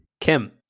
Kim